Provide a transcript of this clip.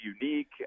unique